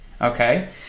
okay